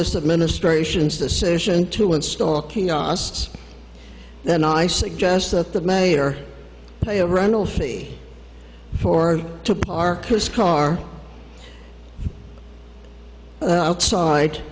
this administration's decision to install chaos then i suggest that the mayor pay a rental fee for to park his car outside